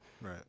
Right